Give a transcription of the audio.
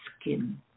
skin